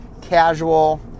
casual